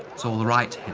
it's alright,